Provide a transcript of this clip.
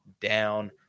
down